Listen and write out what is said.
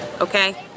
Okay